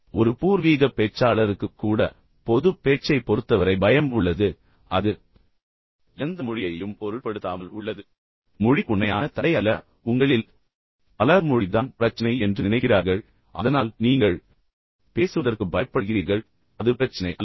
எனவே ஒரு பூர்வீக பேச்சாளருக்கு கூட பொதுப் பேச்சைப் பொறுத்தவரை பயம் உள்ளது எனவே அது எந்த மொழியையும் பொருட்படுத்தாமல் உள்ளது எனவே மொழி உண்மையான தடை அல்ல உங்களில் பெரும்பாலோர் மொழி தான் பிரச்சனை என்று நினைக்கிறார்கள் அதனால்தான் நீங்கள் பேசுவதற்கு பயப்படுகிறீர்கள் அது பிரச்சினை அல்ல